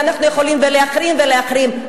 ואנחנו יכולים להחרים ולהחרים.